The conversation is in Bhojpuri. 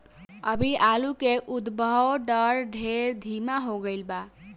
अभी आलू के उद्भव दर ढेर धीमा हो गईल बा